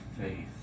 faith